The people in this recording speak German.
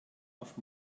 auf